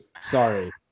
Sorry